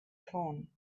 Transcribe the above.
phone